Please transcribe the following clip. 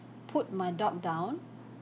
put my dog down